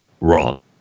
wrong